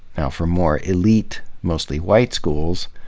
now for more elite, mostly-white schools,